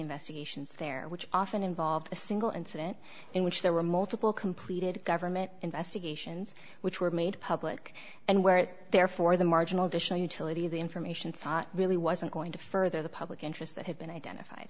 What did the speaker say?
investigations there which often involve a single incident in which there were multiple completed government investigations which were made public and where therefore the marginal disha utility of the information sought really wasn't going to further the public interest that had been identified